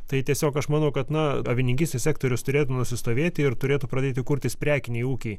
tai tiesiog aš manau kad na avininkystės sektorius turėtų nusistovėti ir turėtų pradėti kurtis prekiniai ūkiai